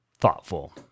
Thoughtful